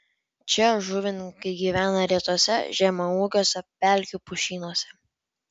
čia žuvininkai gyvena retuose žemaūgiuose pelkių pušynuose